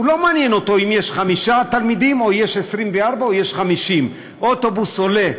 לא מעניין אותו אם יש חמישה תלמידים או יש 24 או יש 50. אוטובוס עולה,